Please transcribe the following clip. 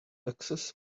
access